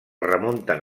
remunten